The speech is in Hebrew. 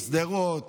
שדרות,